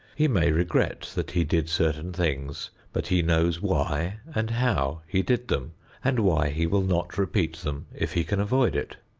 he may regret that he did certain things but he knows why and how he did them and why he will not repeat them if he can avoid it.